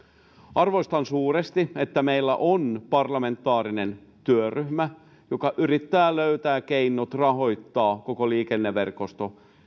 arvostan suuresti että meillä on parlamentaarinen työryhmä joka yrittää löytää keinot rahoittaa koko liikenneverkosto